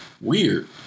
weird